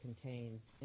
contains